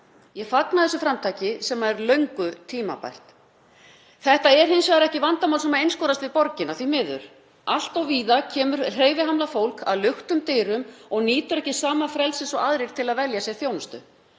Ég fagna þessu framtaki sem er löngu tímabært. Þetta er hins vegar ekki vandamál sem einskorðast við borgina, því miður. Allt of víða kemur hreyfihamlað fólk að luktum dyrum og nýtur ekki sama frelsis og aðrir til að velja sér þjónustu.